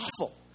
awful